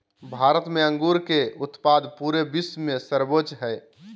भारत में अंगूर के उत्पाद पूरे विश्व में सर्वोच्च हइ